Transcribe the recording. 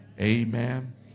Amen